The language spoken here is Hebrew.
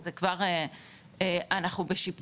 אז זה כבר אנחנו בשיפור,